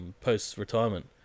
post-retirement